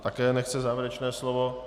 Také nechce závěrečné slovo.